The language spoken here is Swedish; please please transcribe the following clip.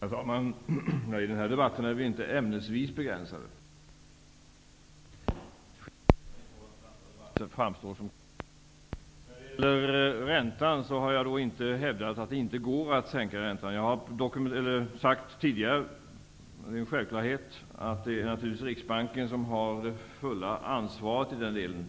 Herr talman! Nej, i den här debatten är vi inte ämnesvis begränsade. Jag hoppas att skillnaden, jämfört med andra debatter, klart framstår. När det gäller räntan har jag inte hävdat att det inte går att sänka den. Jag har tidigare sagt, och det är en självklarhet, att det naturligtvis är Riksbanken som har det fulla ansvaret i den delen.